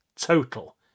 total